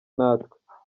natwe